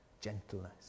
gentleness